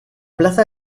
plaza